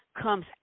comes